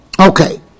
Okay